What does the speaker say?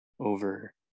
over